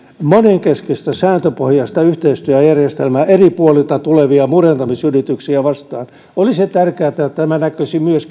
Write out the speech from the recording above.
monenkeskistä sääntöpohjaista yhteistyöjärjestelmää eri puolilta tulevia murentamisyrityksiä vastaan olisi tärkeää että tämä näkyisi myös